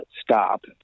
stop